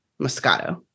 Moscato